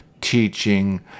teaching